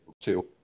two